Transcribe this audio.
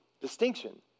distinction